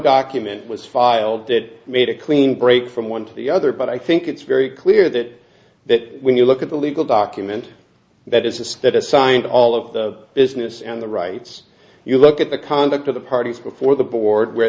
document was filed that made a clean break from one to the other but i think it's very clear that when you look at the legal document that is that it signed all of the business and the rights you look at the conduct of the parties before the board where